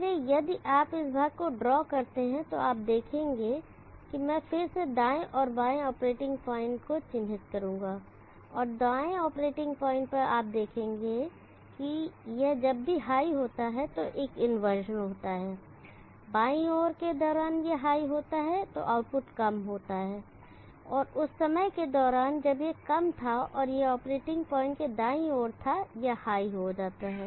इसलिए यदि आप उस भाग को ड्रॉ करते हैं तो आप देखेंगे कि मैं फिर से बाएं और दाएं ऑपरेटिंग पॉइंट को चिह्नित करूंगा और दाएं ऑपरेटिंग पॉइंट पर आप देखेंगे कि यह जब भी हाई होता है तो एक इंवर्जन होता है बाईं ओर के दौरान यह हाई होता है तो आउटपुट कम होगा और उस समय के दौरान जब यह कम था और यह ऑपरेटिंग पॉइंट के दाईं ओर था यह हाई हो जाता है